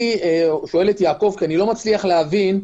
אני שואל את יעקב כי לא מצליח להבין,